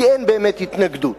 כי אין באמת התנגדות.